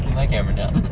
my camera down.